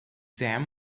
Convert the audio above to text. dam